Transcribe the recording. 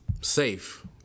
safe